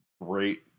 great